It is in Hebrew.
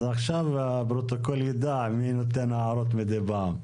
אז עכשיו הפרוטוקול ידע מי נותן הערות מידי פעם.